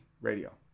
radio